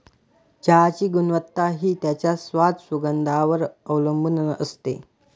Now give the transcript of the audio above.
चहाची गुणवत्ता हि त्याच्या स्वाद, सुगंधावर वर अवलंबुन असते